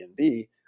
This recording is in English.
Airbnb